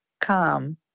come